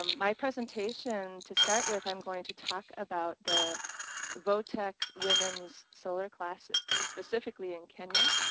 um my presentation to start with i'm going to talk about the voctec women's solar class specifically in kenya.